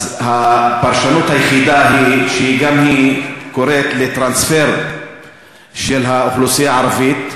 אז הפרשנות היחידה היא שגם היא קוראת לטרנספר של האוכלוסייה הערבית.